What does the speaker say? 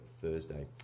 Thursday